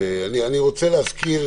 אני רוצה להזכיר